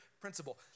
principle